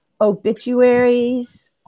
obituaries